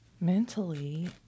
Mentally